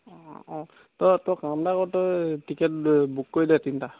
অঁ অঁ তই তই কাম এটা কৰ তই টিকেট বুক কৰি দে তিনিটা